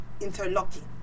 interlocking